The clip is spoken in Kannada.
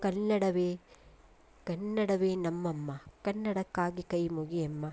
ಕನ್ನಡವೇ ಕನ್ನಡವೇ ನಮ್ಮ ಅಮ್ಮ ಕನ್ನಡಕ್ಕಾಗಿ ಕೈ ಮುಗಿಯಮ್ಮ